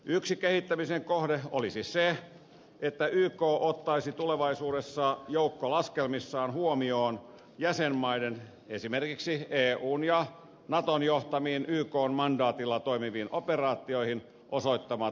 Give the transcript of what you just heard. yksi kehittämisen kohde olisi se että yk ottaisi tulevaisuudessa joukkolaskelmissaan huomioon jäsenmaiden esimerkiksi eun ja naton johtamiin ykn mandaatilla toimiviin operaatioihin osoittamat voimavarat